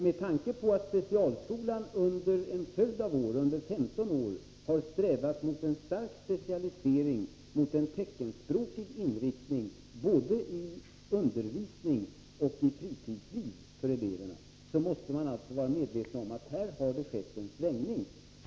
Med tanke på att specialskolan under en följd av år — närmare bestämt under 15 år — har strävat mot en stark specialisering med en teckenspråkig inriktning för eleverna, både i undervisning och i fritidsliv, måste man vara medveten om att det här har skett en svängning.